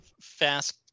fast